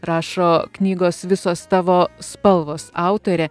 rašo knygos visos tavo spalvos autorė